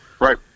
Right